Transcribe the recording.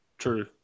True